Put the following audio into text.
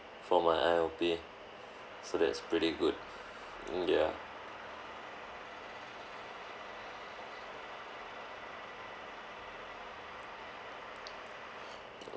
for my I_L_P so that's pretty good mm ya